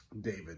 David